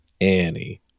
Annie